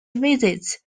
visits